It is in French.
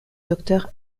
docteur